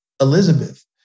Elizabeth